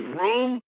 room